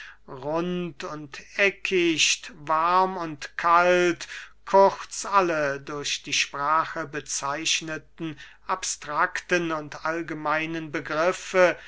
rund und eckicht warm und kalt kurz alle durch die sprache bezeichnete abstrakte und allgemeine begriffe